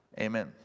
Amen